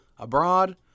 Abroad